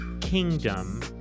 Kingdom